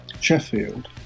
Sheffield